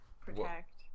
protect